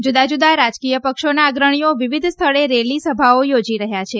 જુદાં જુદાં રાજકીય પક્ષોના અગ્રણીઓ વિવિધ સ્થળે રેલી સભાઓ યોજી રહ્યાં છે